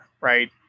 right